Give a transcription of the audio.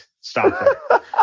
stop